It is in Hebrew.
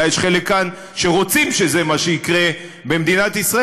אולי יש חלק כאן שרוצים שזה מה שיקרה במדינת ישראל.